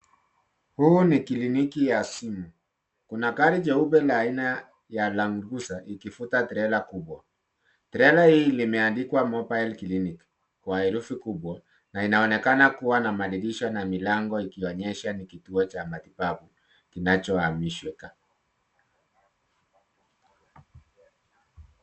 Huu ni kliniki ya asili, kuna gari jeupe la aina ya Land Cruiser ikivuta trela kubwa. Trela hii limeandikwa mobile clinic kwa herufi kubwa na inaonekana kuwa na madirisha na milango ikionyesha ni kituo cha matibabu kinacho hamishika.